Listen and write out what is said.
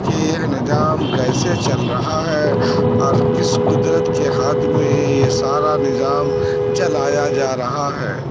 کہ یہ نظام کیسے چل رہا ہے اور کس قدرت کے ہاتھ میں یہ سارا نظام چلایا جا رہا ہے